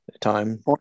time